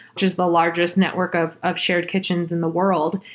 which is the largest network of of shared kitchens in the world.